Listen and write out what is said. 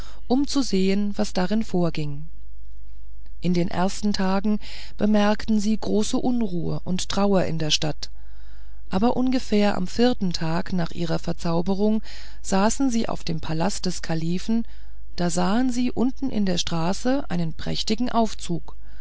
um zu sehen was darin vorging in den ersten tagen bemerkten sie große unruhe und trauer in den straßen aber ungefähr am vierten tag nach ihrer verzauberung saßen sie auf dem palast des kalifen da sahen sie unten in der straße einen prächtigen aufzug